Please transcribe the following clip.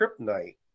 kryptonite